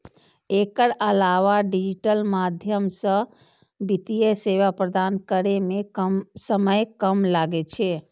एकर अलावा डिजिटल माध्यम सं वित्तीय सेवा प्रदान करै मे समय कम लागै छै